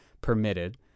permitted